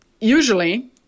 Usually